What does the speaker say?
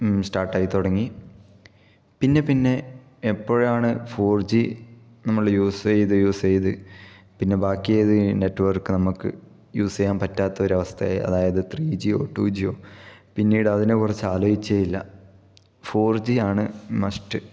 സ്റ്റാർട്ടായി തുടങ്ങി പിന്നെ പിന്നെ എപ്പഴാണ് ഫോർ ജി നമ്മള് യൂസ് ചെയ്ത് യൂസ് ചെയ്ത് പിന്നെ ബാക്കി ഏത് നെറ്റ് വർക്ക് നമുക്ക് യൂസ് ചെയ്യാൻ പറ്റാത്തൊരു അവസ്ഥയായി അതായത് ത്രീ ജിയോ ടു ജിയോ പിന്നീട് അതിനെക്കുറിച്ച് ആലോചിച്ചേ ഇല്ല ഫോർ ജിയാണ് മസ്റ്റ്